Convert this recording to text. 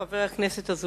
חבר הכנסת דוד